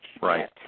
Right